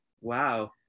wow